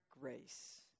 grace